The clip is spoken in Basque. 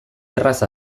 erraz